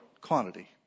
quantity